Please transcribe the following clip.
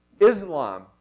Islam